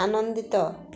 ଆନନ୍ଦିତ